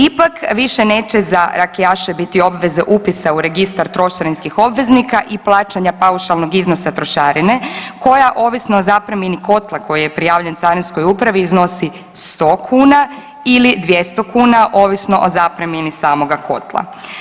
Ipak više neće za rakijaše biti obveza upisa u registar trošarinskih obveznika i plaćanja paušalnog iznosa trošarine koja ovisno o zapremnini kotla koji je prijavljen carinskoj upravi iznosi 100 kuna ili 200 kuna ovisno o zapremini samoga kotla.